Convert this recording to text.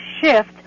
shift